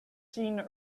seen